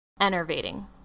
Enervating